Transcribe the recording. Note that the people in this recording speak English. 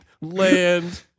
land